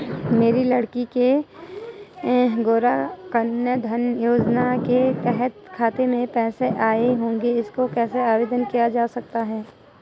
मेरी लड़की के गौंरा कन्याधन योजना के तहत खाते में पैसे आए होंगे इसका कैसे आवेदन किया जा सकता है?